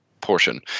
portion